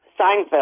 Seinfeld